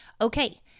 Okay